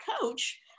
coach